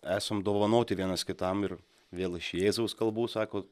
esam dovanoti vienas kitam ir vėl iš jėzaus kalbų sako